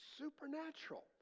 supernatural